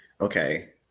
okay